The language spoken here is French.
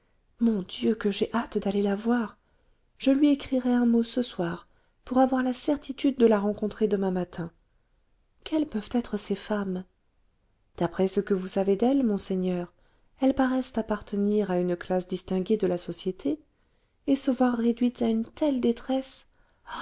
mon dieu que j'ai hâte d'aller la voir je lui écrirai un mot ce soir pour avoir la certitude de la rencontrer demain matin quelles peuvent être ces femmes d'après ce que vous savez d'elles monseigneur elles paraissent appartenir à une classe distinguée de la société et se voir réduites à une telle détresse ah